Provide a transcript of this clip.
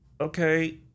okay